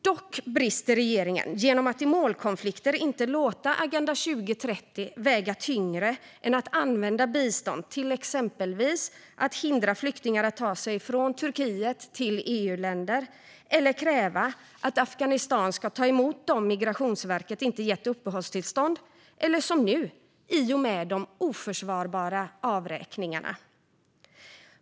Dock brister regeringen i att i målkonflikter inte låta Agenda 2030 väga tyngre än att använda bistånd till att exempelvis hindra flyktingar från att ta sig från Turkiet till EU-länder, kräva att Afghanistan ska ta emot dem som Migrationsverket inte gett uppehållstillstånd eller, som nu, göra oförsvarbara avräkningar.